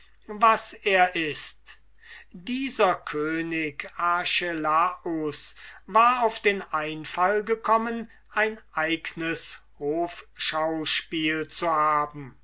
was er ist dieser könig archelaus war auf den einfall gekommen ein eignes hofschauspiel zu halben